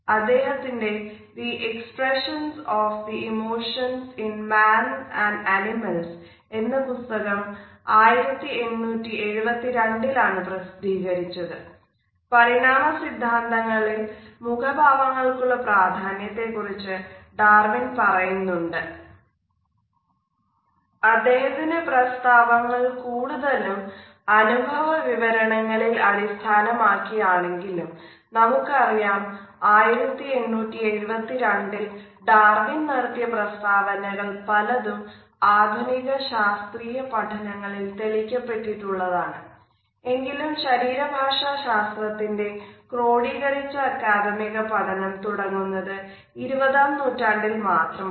അദ്ദേഹത്തിന്റെ the expressions of the emotions in man and animals എന്ന പുസ്തകം 1872 ൽ ആണ്അദ്ദേഹത്തിന്റെ പ്രസ്താവങ്ങൾ കൂടുതലും അനുഭവ വിവരണങ്ങളിൽ അടിസ്ഥാനം ആക്കി ആണെങ്കിലും നമുക്കറിയാം 1872 ഡാർവിൻ നടത്തിയ പ്രസ്താവനകൾ പലതും ആധുനിക ശാസ്ത്രീയ പഠനങ്ങളിൽ എങ്കിലും ശരീര ഭാഷ ശാസ്ത്രത്തിന്റെ ക്രോഡീകരിച്ച അക്കാദമിക പഠനം തുടങ്ങുന്നത് 20 ആം നൂറ്റാണ്ടിൽ മാത്രമാണ്